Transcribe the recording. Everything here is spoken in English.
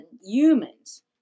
Humans